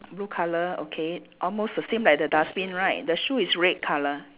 blue colour okay almost the same like the dustbin right the shoe is red colour